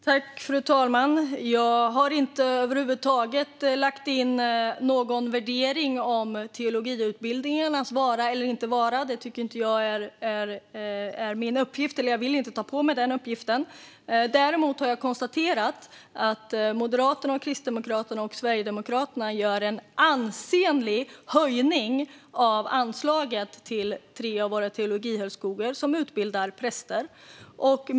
Fru talman! Jag har inte över huvud taget lagt in någon värdering i fråga om teologiutbildningarnas vara eller inte vara. Det tycker inte jag är min uppgift, eller jag vill inte ta på mig den uppgiften. Däremot har jag konstaterat att Moderaterna, Kristdemokraterna och Sverigedemokraterna gör en ansenlig höjning av anslaget till tre av våra teologihögskolor som utbildar präster.